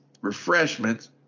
refreshments